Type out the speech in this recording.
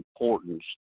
importance